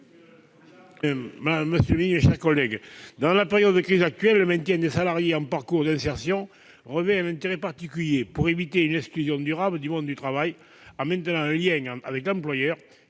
l'amendement n° 5 rectifié . Dans la période de crise actuelle, le maintien des salariés en parcours d'insertion revêt un intérêt particulier pour éviter une exclusion durable du monde du travail en conservant un lien avec l'employeur,